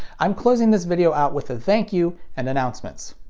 i'm closing this video out with a thank you and announcements.